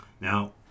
Now